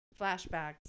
flashbacks